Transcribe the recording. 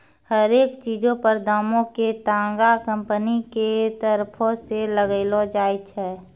हरेक चीजो पर दामो के तागा कंपनी के तरफो से लगैलो जाय छै